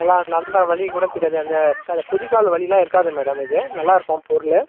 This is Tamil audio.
நல்லா நடந்தால் வலி கூட தெரியாது அந்த க குதிகால் வலியெலாம் இருக்காது மேடம் இது நல்லாருக்கும் பொருள்